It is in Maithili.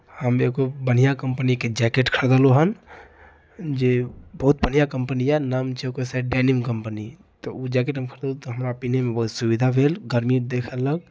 हम एगो बढ़िआँ कंपनीके जैकेट खरीदलहुँ हन जे बहुत बढ़िआँ कंपनी यए नाम छियै ओकर शायद डेनिम कंपनी तऽ ओ जैकेट हम खरीदलहुँ तऽ हमरा पिन्हयमे बहुत सुविधा भेल गर्मी देखयलक